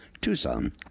tucson